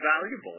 valuable